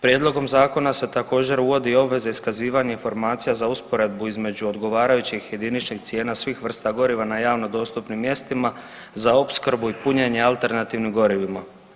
Prijedlogom Zakona se također, uvodi i obveza iskazivanja informacija za usporedbu između odgovarajućih jediničnih cijena svih vrsta goriva na javno dostupnim mjestima za opskrbu i punjenje alternativnim gorivima.